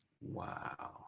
Wow